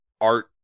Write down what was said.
art